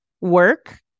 work